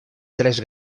tres